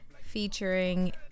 Featuring